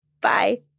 Bye